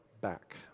back